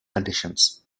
conditions